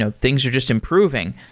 ah things are just improving.